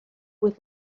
with